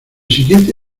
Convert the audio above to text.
siguiente